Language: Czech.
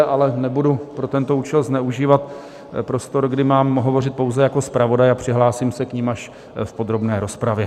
Ale nebudu pro tento účel zneužívat prostor, kdy mám hovořit pouze jako zpravodaj, a přihlásím se k nim až v podrobné rozpravě.